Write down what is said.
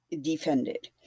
defended